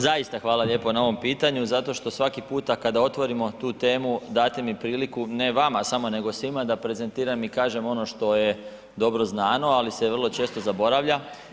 Hvala lijepo, zaista hvala lijepo na ovom pitanju zato što svaki puta kada otvorimo tu temu date mi priliku ne vama samo nego svima da prezentiram i kažem ono što je dobro znano, ali se vrlo često zaboravlja.